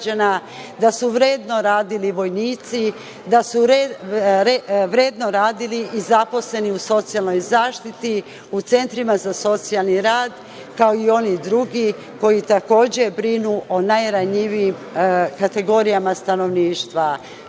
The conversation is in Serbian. da su vredno radili vojnici, da su vredno radili i zaposleni u socijalnoj zaštiti, u Centrima za socijalni rad, kao i oni drugi koji takođe brinu o najranjivijim kategorijama stanovništva. Živela